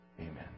Amen